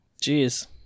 Jeez